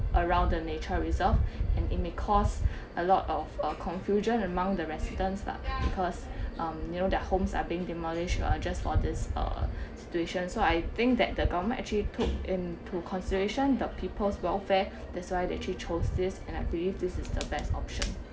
around the nature reserve and it may cause a lot of uh confusion among the residents lah because um you know their homes are being demolished uh just for this uh situation so I think that the government actually took into consideration the people's welfare that's why they actually chose this and I believe this is the best option